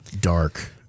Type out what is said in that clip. dark